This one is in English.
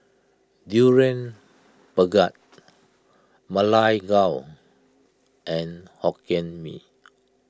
Durian Pengat Ma Lai Gao and Hokkien Mee